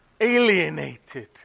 alienated